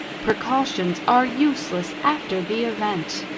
precautions are useless after the event.